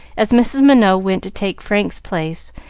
as mrs. minot went to take frank's place,